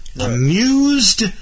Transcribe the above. Amused